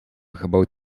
gebouwd